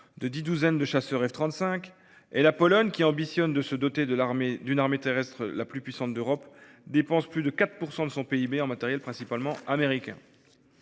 de dix douzaines de chasseurs F-35, et la Pologne, qui a pour ambition de se doter de l’armée terrestre la plus puissante d’Europe, dépense plus de 4 % de son PIB en matériel principalement américain.